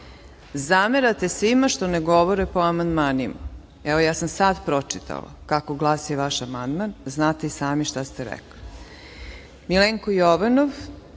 Zamerate svima što ne govore po amandmanima. Evo ja sam sad pročitala kako glasi vaš amandman. Znate i sami šta ste rekli. Milenko Jovanov